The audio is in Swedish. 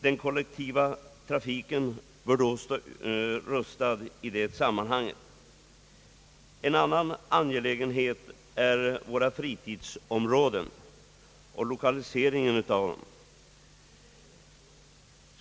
Den kollektiva trafiken bör då stå rustad för att möta denna folkökning. En annan angelägenhet är våra fritidsområden och lokaliseringen av dem.